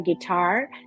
guitar